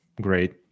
great